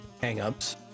hang-ups